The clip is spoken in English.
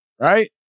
right